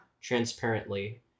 transparently